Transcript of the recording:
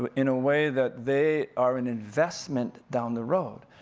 but in a way that they are an investment down the road.